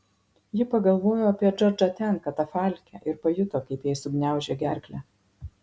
ji pagalvojo apie džordžą ten katafalke ir pajuto kaip jai sugniaužė gerklę